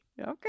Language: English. Okay